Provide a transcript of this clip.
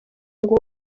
ngo